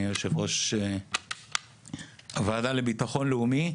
אהיה יושב-ראש הוועדה לביטחון לאומי,